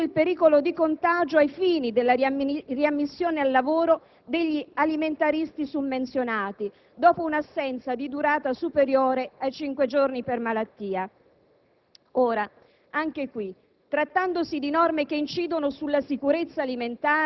lettera *b)*, sopprime l'obbligatorietà del certificato medico che esclude il pericolo di contagio, ai fini della riammissione al lavoro degli alimentaristi summenzionati dopo un'assenza di durata superiore ai cinque giorni per malattia.